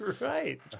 right